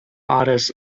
others